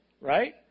Right